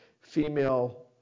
female